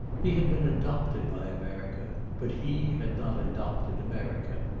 he had been adopted by america, but he had not adopted america,